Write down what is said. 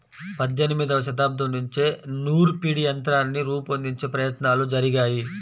పద్దెనిమదవ శతాబ్దం నుంచే నూర్పిడి యంత్రాన్ని రూపొందించే ప్రయత్నాలు జరిగాయి